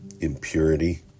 impurity